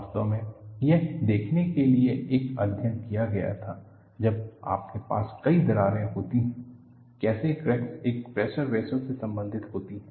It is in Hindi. वास्तव में यह देखने के लिए एक अध्ययन किया गया था जब आपके पास कई दरारें होती हैं कैसे क्रैक्स एक प्रेशर वेसल से सम्बंधित होती हैं